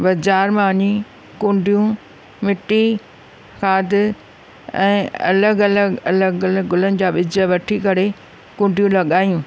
बाज़ार मां वञी कुंडियूंं मिटी खाद ऐं अलॻि अलॻि अलॻि अलॻि गुलनि जा ॿिज वठी करे कुंडियूंं लॻायूं